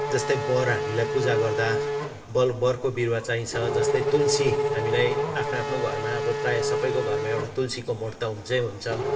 जस्तै वर हामीलाई पूजा गर्दा वर वरको बिरुवा चाहिन्छ जस्तै तुलसी हामीलाई आफ्नो आफ्नो घरमा अब प्रायः सबैको घरमा एउटा तुलसीको मोठ त हुन्छै हुन्छ